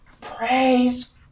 Praise